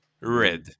Red